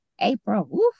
April